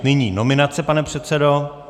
Nyní nominace, pane předsedo.